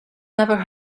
never